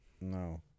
No